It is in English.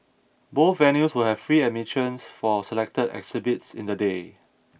both venues will have free admissions for selected exhibits in the day